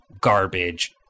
garbage